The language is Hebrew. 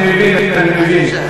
אני מבין, אני מבין.